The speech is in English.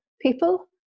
people